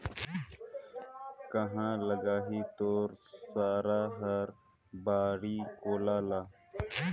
काँहा लगाही तोर सारा हर बाड़ी कोला ल